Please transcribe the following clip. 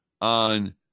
on